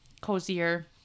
cozier